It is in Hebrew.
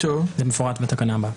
זה מפורט בתקנה הבאה.